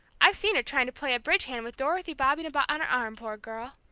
i've seen her trying to play a bridge hand with dorothy bobbing about on her arm poor girl!